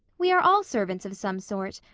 we are all servants of some sort,